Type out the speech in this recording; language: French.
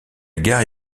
gare